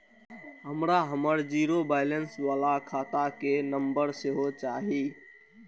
हमरा हमर zero balance बाला खाता के नम्बर सेहो चाही